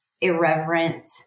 irreverent